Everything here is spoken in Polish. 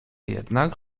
jednak